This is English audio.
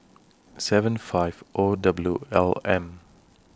seven five O W L M